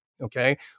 Okay